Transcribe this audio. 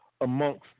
amongst